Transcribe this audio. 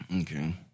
Okay